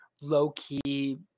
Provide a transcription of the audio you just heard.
low-key –